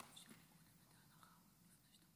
3 ערב